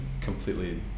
completely